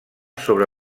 sobre